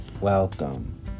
Welcome